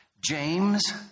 James